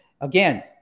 again